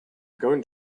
going